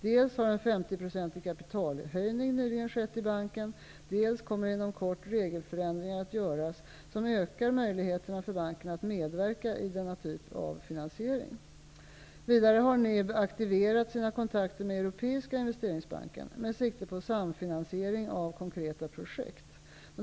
Dels har en 50-procentig kapitalhöjning nyligen skett i banken, dels kommer inom kort regelförändringar att göras som ökar möjligheterna för banken att medverka i denna typ av finansiering. Vidare har NIB aktiverat sina kontakter med Europeiska investeringsbanken med sikte på samfinansiering av konkreta projekt.